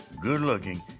good-looking